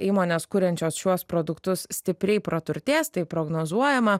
įmonės kuriančios šiuos produktus stipriai praturtės tai prognozuojama